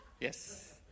Yes